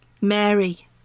mary